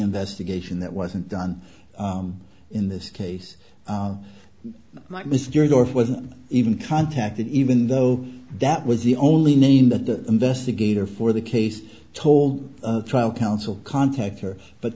investigation that wasn't done in this case might mr gore wasn't even contacted even though that was the only name that the investigator for the case told of trial counsel contactor but